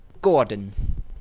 Gordon